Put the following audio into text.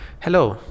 Hello